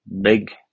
Big